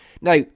now